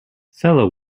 fellow